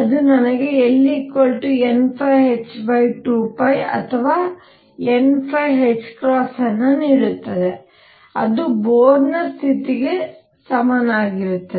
ಅದು ನನಗೆ L nϕh2π ಅಥವಾ n ಅನ್ನು ನೀಡುತ್ತದೆ ಅದು ಬೋರ್ನ ಸ್ಥಿತಿಗೆ ಸಮನಾಗಿರುತ್ತದೆ